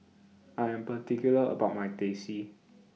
I Am particular about My Teh C